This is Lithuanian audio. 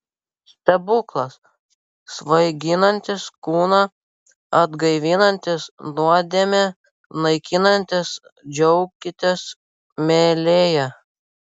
stebuklas svaiginantis kūną atgaivinantis nuodėmę naikinantis džiaukitės mylėję